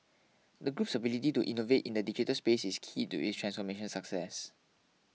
the group's ability to innovate in the digital spaces is key to its transformation success